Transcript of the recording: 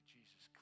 Jesus